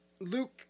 Luke